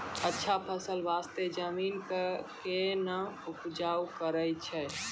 अच्छा फसल बास्ते जमीन कऽ कै ना उपचार करैय छै